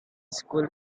school